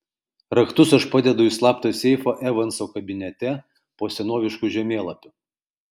raktus aš padedu į slaptą seifą evanso kabinete po senovišku žemėlapiu